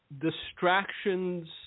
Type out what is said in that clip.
distractions